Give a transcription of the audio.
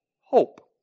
Hope